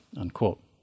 unquote